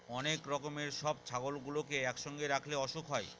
অনেক রকমের সব ছাগলগুলোকে একসঙ্গে রাখলে অসুখ হয়